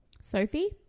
Sophie